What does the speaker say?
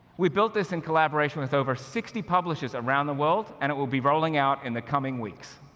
we built this in collaboration with over sixty publishers around the world and it will be rolling out in the coming weeks.